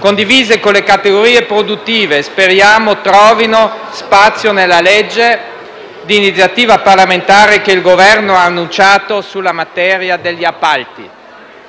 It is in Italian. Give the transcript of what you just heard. condivise con le categorie produttive, che speriamo trovino spazio nella legge di iniziativa parlamentare che il Governo ha annunciato sulla materia degli appalti.